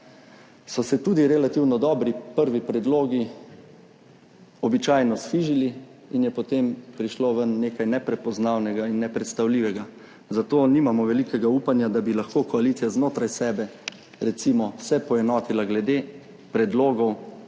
so se tudi relativno dobri prvi predlogi običajno sfižili in je potem prišlo ven nekaj neprepoznavnega in nepredstavljivega, zato nimamo velikega upanja, da bi se lahko koalicija znotraj sebe poenotila glede predlogov,